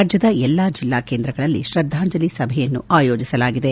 ರಾಜ್ಯದ ಎಲ್ಲಾ ಜಿಲ್ಲಾ ಕೇಂದ್ರಗಳಲ್ಲಿ ಶ್ರದ್ಧಾಂಜಲಿ ಸಭೆಯನ್ನು ಆಯೋಜಿಸಲಾಗಿದೆ